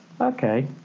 okay